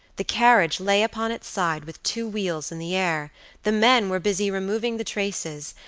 the carriage lay upon its side with two wheels in the air the men were busy removing the traces,